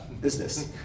business